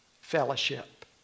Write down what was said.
fellowship